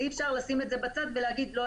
ואי-אפשר לשים את זה בצד ולהגיד: לא,